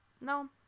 No